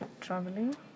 Traveling